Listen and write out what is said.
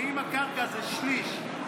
ואם הקרקע זה שליש,